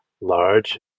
large